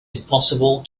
impossible